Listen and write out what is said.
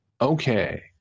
Okay